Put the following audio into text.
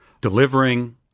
delivering